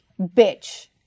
bitch